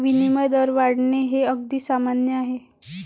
विनिमय दर वाढणे हे अगदी सामान्य आहे